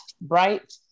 Bright